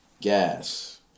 gas